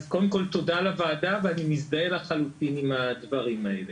אז קודם כל תודה לוועדה ואני מזדהה לחלוטין עם הדברים האלה.